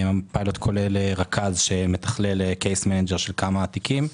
הפיילוט כולל רכז שמתכלל כמה תיקים,